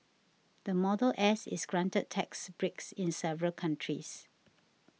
the Model S is granted tax breaks in several countries